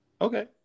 Okay